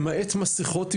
למעט מסכות,